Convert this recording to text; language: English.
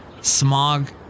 Smog